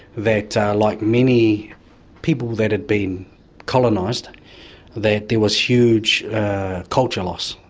that like many people that had been colonised that there was huge culture loss.